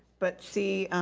but see,